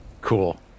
Cool